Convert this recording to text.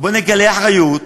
בוא נגלה אחריות